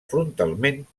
frontalment